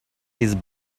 his